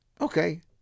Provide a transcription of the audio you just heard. Okay